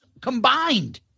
combined